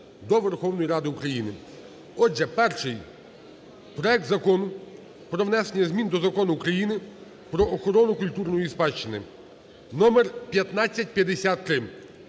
до Верховної Ради України . Отже перший – проект Закону про внесення змін до Закону України "Про охорону культурної спадщини" (№ 1553).